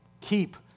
Keep